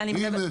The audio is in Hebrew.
אני מקשיב.